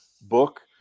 book